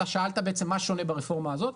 מה שונה בעצם ברפורמה הזאת.